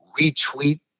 retweet